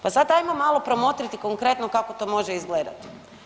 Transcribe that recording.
Pa sad ajmo malo promotriti konkretno kako to može izgledati.